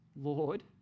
Lord